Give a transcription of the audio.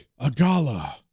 Agala